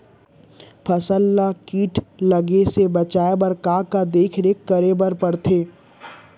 फसल ला किट लगे से बचाए बर, का का देखरेख करे बर परथे?